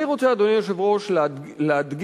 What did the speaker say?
אני רוצה, אדוני היושב-ראש, להדגיש,